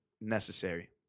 necessary